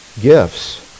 gifts